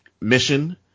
mission